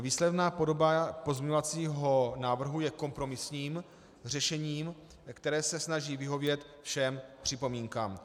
Výsledná podoba pozměňovacího návrhu je kompromisním řešením, které se snaží vyhovět všem připomínkám.